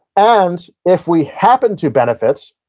and, if we happen to benefit,